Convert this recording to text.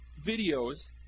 videos